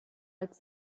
als